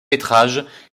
métrages